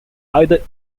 either